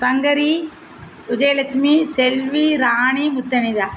Sankari Udayalakshmi Selvi Rani Muthanila